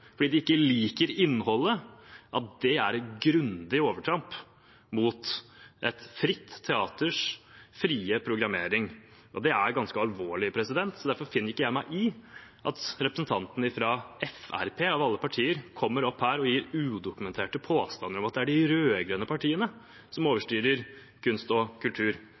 fordi de ikke liker innholdet, er det et grundig overtramp mot et fritt teaters frie valg av program. Det er ganske alvorlig. Derfor finner ikke jeg meg i at representanten fra Fremskrittspartiet, av alle partier, kommer opp her med udokumenterte påstander om at det er de rød-grønne partiene som overstyrer kunst og kultur.